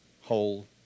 whole